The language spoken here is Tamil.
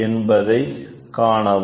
என்பதை காணவும்